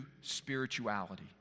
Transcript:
spirituality